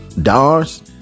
Dars